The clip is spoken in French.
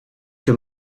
que